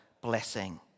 blessing